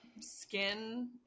skin